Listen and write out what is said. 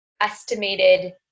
estimated